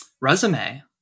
Resume